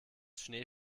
schnee